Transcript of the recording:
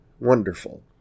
Wonderful